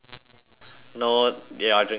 no you're drinking water